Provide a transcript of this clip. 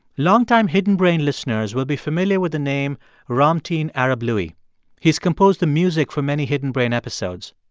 longtime hidden brain listeners will be familiar with the name ramtin arablouei. he's composed the music for many hidden brain episodes.